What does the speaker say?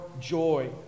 joy